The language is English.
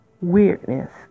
weirdness